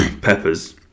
Peppers